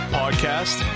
podcast